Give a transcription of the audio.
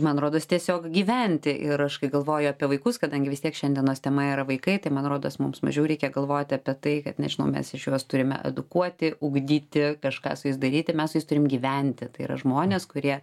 man rodos tiesiog gyventi ir aš kai galvoju apie vaikus kadangi vis tiek šiandienos tema yra vaikai tai man rodos mums mažiau reikia galvoti apie tai kad nežinau mes iš juos turime edukuoti ugdyti kažką su jais daryti mes su jais turim gyventi tai yra žmonės kurie